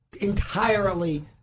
entirely